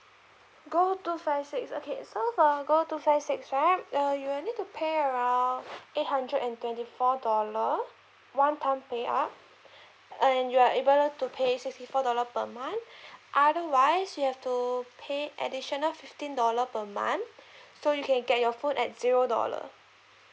gold two five six okay so for gold two five six right uh you will need to pay around eight hundred and twenty four dollar one time pay up and you are able to pay sixty four dollar per month otherwise you have to pay additional fifteen dollar per month so you can get your phone at zero dollar